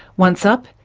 once up,